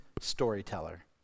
storyteller